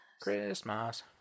Christmas